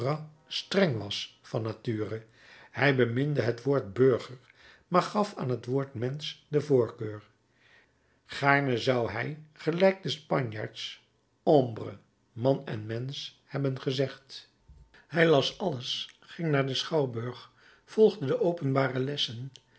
streng was van nature hij beminde het woord burger maar gaf aan het woord mensch de voorkeur gaarne zou hij gelijk de spanjaards hombre man en mensch hebben gezegd hij las alles ging naar den schouwburg volgde de openbare lessen